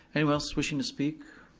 anyone else wishing to speak?